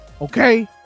okay